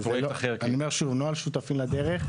רשויות ערביות מודרות לגמרי מנוהל שותפים לדרך,